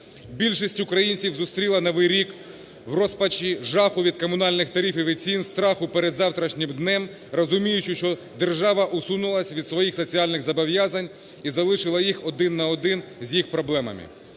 Більшість українців зустріла Новий рік в розпачі, жаху від комунальних тарифів і цін, страху перед завтрашнім днем, розуміючи, що держава усунулась від своїх соціальних зобов'язань і залишила їх один на один з їх проблемами.